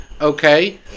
okay